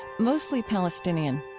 mostly palestinian